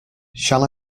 shall